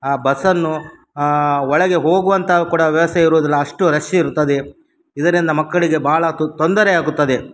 ಆ ಬಸ್ಸನ್ನು ಒಳಗೆ ಹೋಗುವಂಥ ಕೂಡ ವ್ಯವಸ್ಥೆ ಇರುವುದಿಲ್ಲ ಅಷ್ಟು ರಶ್ ಇರುತ್ತದೆ ಇದರಿಂದ ಮಕ್ಕಳಿಗೆ ಭಾಳ ತೊ ತೊಂದರೆಯಾಗುತ್ತದೆ